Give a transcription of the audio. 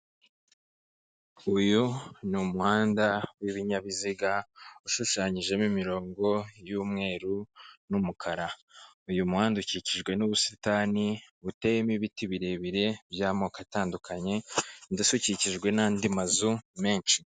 Uyu ni umuhanda w'ibinyabiziga, ushushanyijemo imirongo y'umweru n'umukara, uyu muhanda ukikijwe n'ubusitani buteyemo ibiti birebire by'amoko atandukanye, ndetse ukikijwe n'andi mazu menshi.